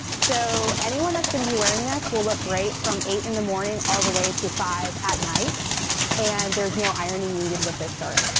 so anyone that's going to be wearing this will look great from eight in the morning all the way to five at night and there's no ironing needed with this shirt.